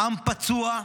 עם פצוע,